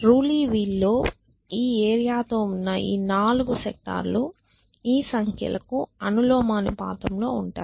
రూలీ వీల్లో ఈ ఏరియా తో ఉన్న ఈ 4 సెక్టార్ లు ఈ సంఖ్యలకు అనులోమానుపాతంలో ఉంటాయి